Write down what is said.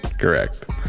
correct